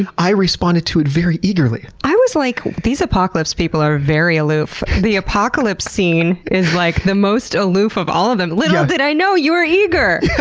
and i responded to it very eagerly. i was like, these apocalypse people are very aloof. the apocalypse scene is, like, the most aloof of all of them. little did i know, you were eager!